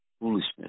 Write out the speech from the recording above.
foolishness